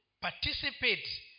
participate